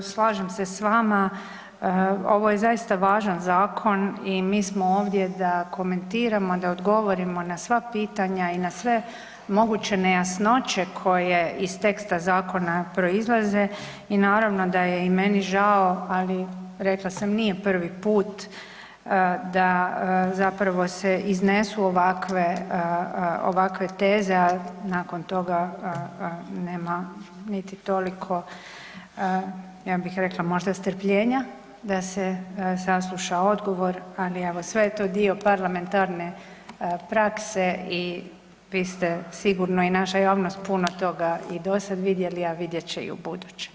Slažem se s vama, ovo je zaista važan zakon i mi smo ovdje da komentiramo, da odgovorimo na sva pitanja i na sve moguće nejasnoće koje iz teksta zakona proizlaze i naravno da je i meni žao ali rekla sam, nije prvi put da zapravo iznesu ovakve teze a nakon toga nema niti toliko ja bih rekla možda, strpljenja da se sasluša odgovor ali evo, sve je to dio parlamentarne prakse i vi ste sigurno i naša javnost puno i dosad vidjeli a vidjet će i ubuduće.